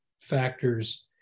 factors